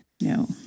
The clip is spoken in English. no